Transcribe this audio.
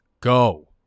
go